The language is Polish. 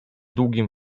długim